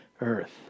earth